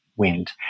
Wind